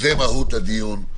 זאת מהות הדיון.